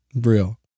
Real